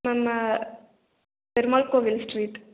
ma'am Perumal கோவில் street